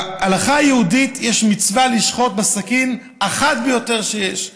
בהלכה היהודית יש מצווה לשחוט בסכין החד ביותר שיש.